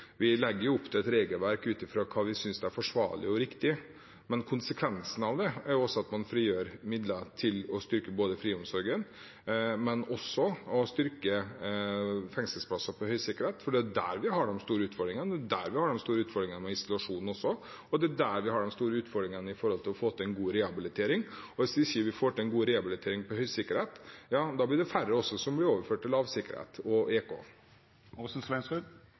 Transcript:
legger opp til et regelverk ut fra hva vi synes er forsvarlig og riktig, men konsekvensen av det er også at man frigjør midler til å styrke friomsorgen. Man styrker også fengselsplasser på høysikkerhet, for det er der vi har de store utfordringene. Det er der vi har de store utfordringene med isolasjon, og det er der vi har de store utfordringene med å få til en god rehabilitering. Hvis vi ikke får til en god rehabilitering på høysikkerhet, blir det færre som blir overført til lavsikkerhet og EK. Her er det mye jeg kan være enig i, men komiteen var på reise og